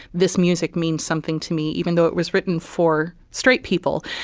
this music means something to me, even though it was written for straight people.